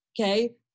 Okay